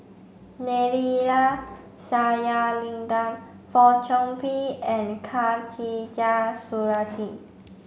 Neila Sathyalingam Fong Chong Pik and Khatijah Surattee